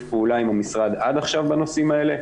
פעולה עם המשרד עד עכשיו בנושאים האלה,